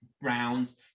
rounds